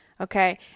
okay